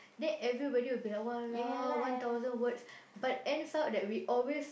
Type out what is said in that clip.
then everybody will be like !walao! one thousands words but ends up that we always